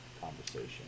conversation